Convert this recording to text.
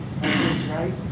right